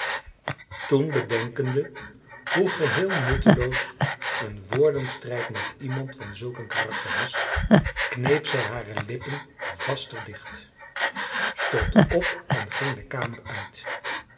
toen bedenkende hoe geheel nutteloos een woordenstrijd met iemand van zulk een karakter was kneep zij hare lippen vaster dicht stond op en ging de kamer uit